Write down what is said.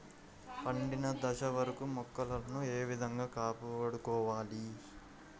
పండిన దశ వరకు మొక్కలను ఏ విధంగా కాపాడుకోవాలి?